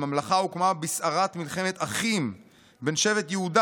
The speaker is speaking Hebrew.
הממלכה הוקמה בסערת מלחמת אחים בין שבט יהודה,